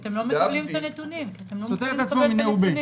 כי אתם לא מוכנים לקבל את הנתונים.